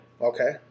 Okay